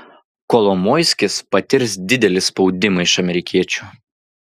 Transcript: kolomoiskis patirs didelį spaudimą iš amerikiečių